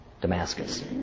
Damascus